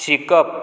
शिकप